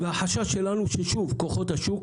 החשש שלנו הוא מכוחות השוק